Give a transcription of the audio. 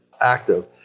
active